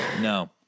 No